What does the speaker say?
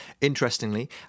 Interestingly